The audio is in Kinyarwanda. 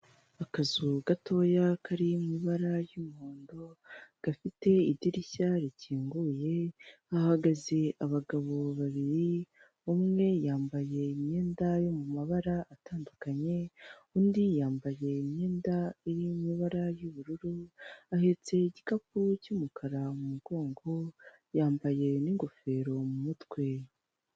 Akazu gatoya kari mu ibara ry'umuhondo gafite idirishya rikinguye, hahagaze abagabo babiri umwe yambaye imyenda yo mu mabara atandukanye, undi yambaye imyenda y'amabara y'ubururu, ahetse igikapu cy'umukara mu mugongo yambaye n'ingofero mu mutwe.